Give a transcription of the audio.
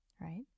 Right